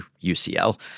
UCL